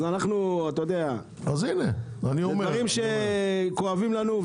אלה דברים שכואבים לנו,